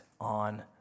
on